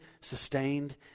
sustained